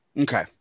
Okay